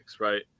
right